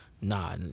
Nah